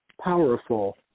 powerful